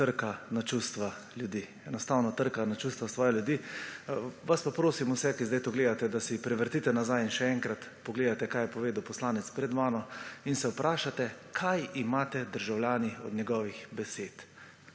trka na čustva ljudi. Enostavno trka na čustva ljudi. Vas pa prosim vse, ki zdaj to gledate, da si prevrtite nazaj in še enkrat pogledate, kaj je povedal poslanec pred mano. In se vprašate, kaj imate državljani od njegovih besed.